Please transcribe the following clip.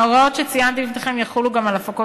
ההוראות שציינתי בפניכם יחולו גם על הפקות